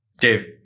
Dave